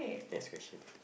next question